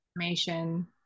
information